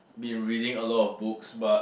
been reading a lot of books but